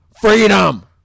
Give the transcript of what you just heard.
Freedom